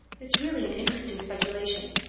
it's really an interesting speculation.